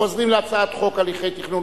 אנחנו חוזרים להצעת חוק הליכי תכנון